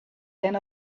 than